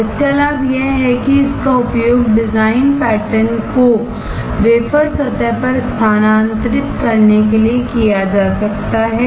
इसका लाभ यह है कि इसका उपयोग डिजाइन पैटर्न को वेफर सतह पर स्थानांतरित करने के लिए किया जा सकता है